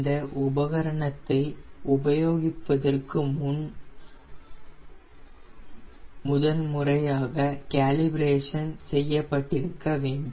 இந்த இயந்திரத்தை உபயோகிப்பதற்கு முன் முறையாக காலிபரேஷன் செய்யப்பட்டிருக்க வேண்டும்